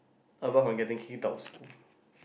about from getting he top of school